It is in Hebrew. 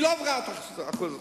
היא לא עברה את אחוז החסימה.